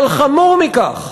אבל חמור מכך,